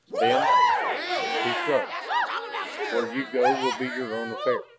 then he shrugged where you go will be your own affair.